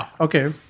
Okay